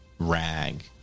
Rag